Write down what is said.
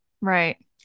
Right